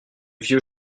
vieux